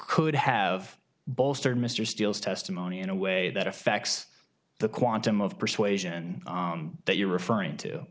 could have bolstered mr steele's testimony in a way that effects the quantum of persuasion that you're referring to